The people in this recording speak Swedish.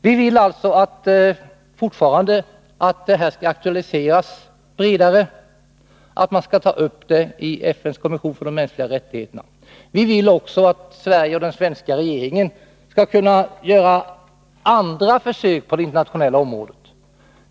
Vi vill alltså fortfarande att denna fråga skall få bredare aktualitet, att Sverige skall ta upp den i FN:s kommission för de mänskliga rättigheterna. Vi vill också att Sverige och den svenska regeringen skall göra andra försök på det internationella området.